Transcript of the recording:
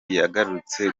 yagarutse